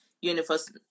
Universe